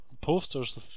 posters